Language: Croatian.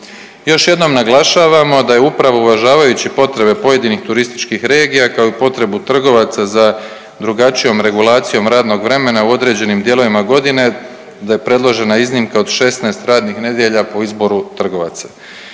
Još jednom naglašavamo da je upravo uvažavajući potrebe pojedinih turističkih regija kao i potrebu trgovaca za drugačijom regulacijom radnog vremena u određenim dijelovima godine, da je predložena iznimka od 16 radnih nedjelja po izboru trgovaca.